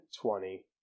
twenty